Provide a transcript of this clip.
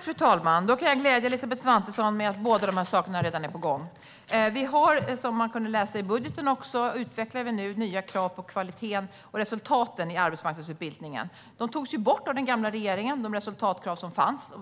Fru talman! Jag kan glädja Elisabeth Svantesson med att båda de här sakerna redan är på gång. Som man kunde läsa i budgeten utvecklar vi nu nya krav på kvaliteten och resultaten i arbetsmarknadsutbildningen. De resultatkrav som fanns togs ju bort av den gamla regeringen,